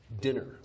dinner